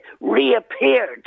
reappeared